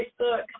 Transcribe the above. Facebook